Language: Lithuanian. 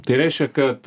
tai reiškia kad